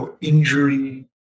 injury